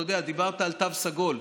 אתה יודע, דיברת על תו סגול.